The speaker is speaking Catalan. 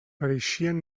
pareixien